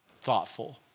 Thoughtful